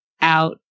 out